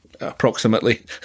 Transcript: Approximately